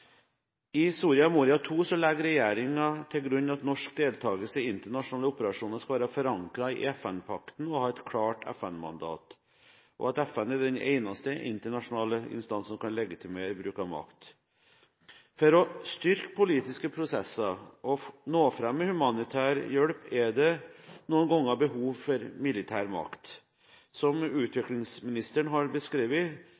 I Soria Moria II legger regjeringen til grunn at norsk deltakelse i internasjonale operasjoner skal være forankret i FN-pakten og ha et klart FN-mandat, og at FN er den eneste internasjonale instans som kan legitimere bruk av makt. For å styrke politiske prosesser og nå fram med humanitær hjelp er det noen ganger behov for militær makt. Som